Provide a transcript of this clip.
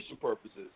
purposes